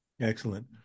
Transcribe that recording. Excellent